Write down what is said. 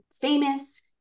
famous